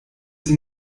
sie